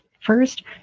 First